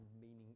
meaning